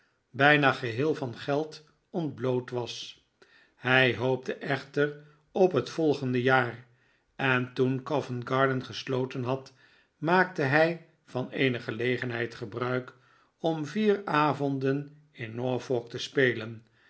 bijna geheel van geld ontbloot was hij hoopte echter op net volgende jaar en toen covent-garden gesloten had maakte hij van eene gelegenheid gebruik om vier avonden in norfolk te spelen